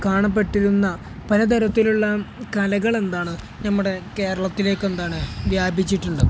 കാണപ്പെട്ടിരുന്ന പലതരത്തിലുള്ള കലകളെന്താണ് നമ്മുടെ കേരളത്തിലേക്കെന്താണ് വ്യാപിച്ചിട്ടുണ്ട്